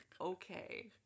Okay